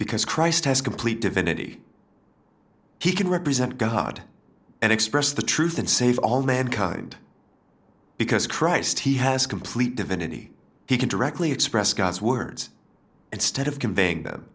because christ has complete divinity he can represent god and express the truth and save all mankind because christ he has complete divinity he can directly express god's words instead of conveying th